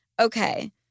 Okay